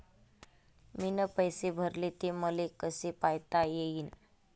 मीन पैसे भरले, ते मले कसे पायता येईन?